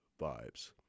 vibes